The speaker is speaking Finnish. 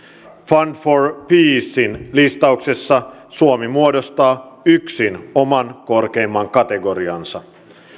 fund for peacen listauksessa suomi muodostaa yksin oman korkeimman kategoriansa